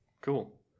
Cool